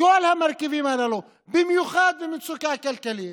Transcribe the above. כל המרכיבים הללו, במיוחד במצוקה כלכלית,